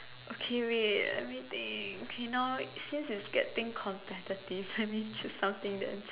okay wait let me think okay now since it's getting competitive let me choose something that is